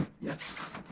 Yes